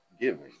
giving